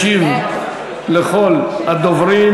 חבר הכנסת הראשון